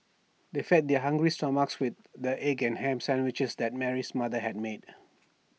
they fed their hungry stomachs with the egg and Ham Sandwiches that Mary's mother had made